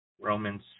Romans